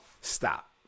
Stop